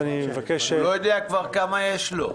הוא לא יודע כבר כמה יש לו.